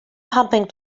pumping